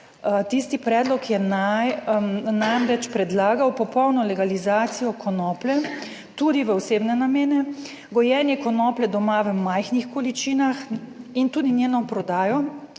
tisti predlog je namreč predlagal popolno legalizacijo konoplje, tudi v osebne namene, gojenje konoplje doma v majhnih količinah in tudi njeno prodajo